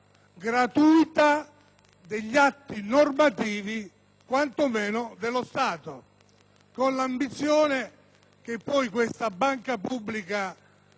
gratuita degli atti normativi quanto meno dello Stato, con l'ambizione che poi tale banca pubblica